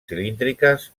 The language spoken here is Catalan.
cilíndriques